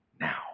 now